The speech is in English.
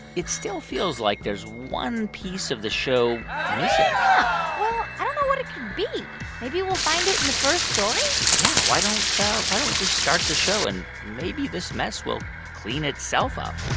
it still feels like there's one piece of the show missing but well, i don't know what it could be. maybe we'll find it in the first story? yeah, why don't why don't we just start the show, and maybe this mess will clean itself up